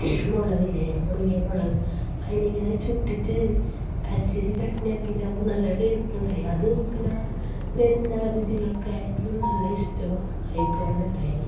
മുളകില്ലേ ഉണങ്ങിയ മുളക് അതിനെ ഇങ്ങനെ ചുട്ടിട്ട് അരച്ചിട്ട് ചട്നി ആക്കിയിട്ടാവുമ്പോൾ നല്ല ടേസ്റ്റ് ഉണ്ടായി അതും പിന്നെ വരുന്ന അതിഥികള്ക്കായാലും നല്ല ഇഷ്ടമായി കൊണ്ടു ഉണ്ടായിന്